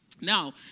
Now